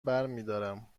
برمیدارم